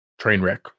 Trainwreck